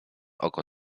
oko